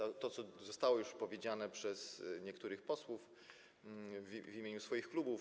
Chodzi o to, co zostało już powiedziane przez niektórych posłów w imieniu swoich klubów.